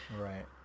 right